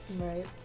Right